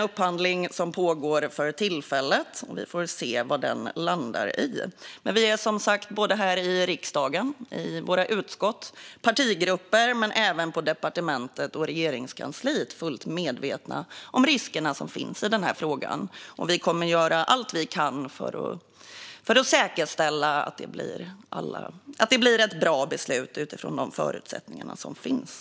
Upphandlingen pågår för tillfället, och vi får se vad den landar i, men som sagt är vi både här i riksdagen, i våra utskott och i partigrupperna men även på departementet och i Regeringskansliet fullt medvetna om riskerna som finns i denna fråga, och vi kommer att göra allt vi kan för att säkerställa att det blir ett bra beslut utifrån de förutsättningar som finns.